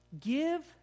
Give